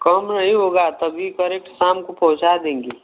कम नहीं होगा तभी करेक्ट शाम को पहुँचा देंगे